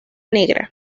negra